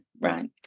right